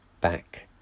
back